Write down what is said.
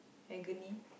agony